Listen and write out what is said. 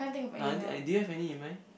nah I think do you have any in mind